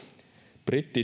britti